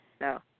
No